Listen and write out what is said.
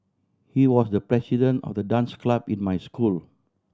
he was the president of the dance club in my school